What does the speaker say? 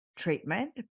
treatment